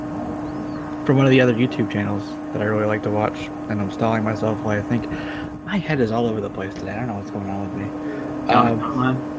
from one of the other youtube channels that i really like to watch and i'm stalling myself why i think my head is all over the place today i don't know what's going on with me oh?